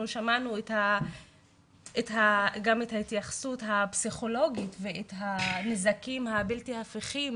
אנחנו שמענו גם את ההתייחסות הפסיכולוגית ואת הנזקים הבלתי הפיכים